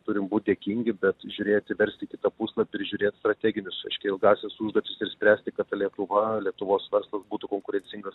turim būt dėkingi bet žiūrėti versti kitą puslapį ir žiūrėt strateginius ilgąsias užduotis ir spręsti kad ta lietuva lietuvos verslas būtų konkurencingas